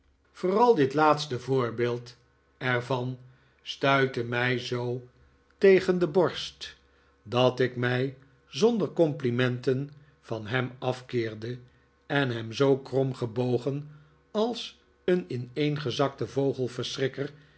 eld laatste voorbeeld er van stuitte mij zoo tegen de borst dat ik mij zonder complimenten van hem afkeerde en hem zoo krom gebogen als een ineengezakten vogelverschrikker